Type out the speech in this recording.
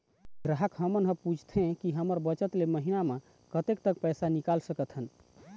ग्राहक हमन हर पूछथें की हमर बचत ले महीना मा कतेक तक पैसा निकाल सकथन?